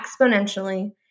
exponentially